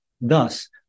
Thus